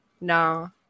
No